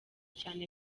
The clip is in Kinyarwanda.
cyane